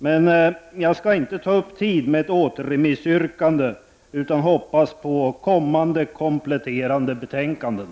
Men jag skall inte ta upp tid med ett återremissyrkande, utan jag hoppas på kommande kompletterande betänkanden.